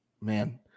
Man